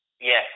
Yes